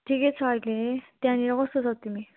ठिकै छ अहिले त्यहाँनिर कस्तो छौ तिमी